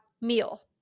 meal